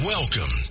Welcome